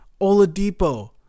Oladipo